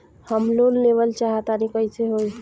हम लोन लेवल चाह तानि कइसे होई?